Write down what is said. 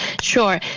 Sure